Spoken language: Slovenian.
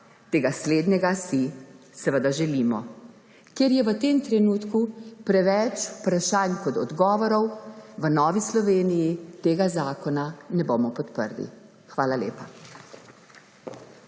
Tega slednjega si seveda želimo. Ker je v tem trenutku več vprašanj kot odgovorov, v Novi Sloveniji tega zakona ne bomo podprli. Hvala lepa.